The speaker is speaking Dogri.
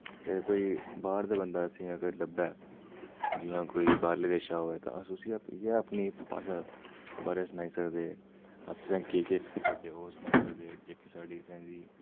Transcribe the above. ते कोई बाह्र दा बंदा असें अगर लब्भै जि'यां कोई बाह्रले देशै दा होऐ ते अस उस्सी इ'यै अपनी भाशा दे बारै सनाई सकदे अस केह् केह् करदे ओह् सनाई सकदे जेह्की साढ़ी इत्थै दी